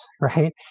right